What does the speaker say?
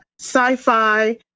sci-fi